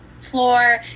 floor